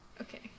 Okay